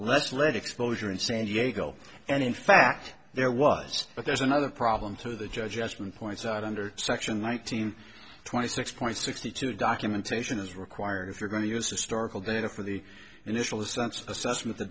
let's let exposure in san diego and in fact there was but there's another problem to the judgment points out under section one thousand and twenty six point sixty two documentation is required if you're going to use historical data for the initial sense assessment the